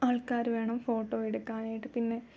ആൾക്കാരുവേണം photo എടുക്കാനായിട്ട് പിന്നെ